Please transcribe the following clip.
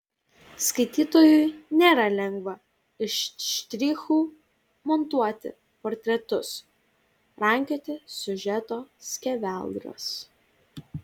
skaitytojui nėra lengva iš štrichų montuoti portretus rankioti siužeto skeveldras